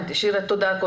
שירה תודה.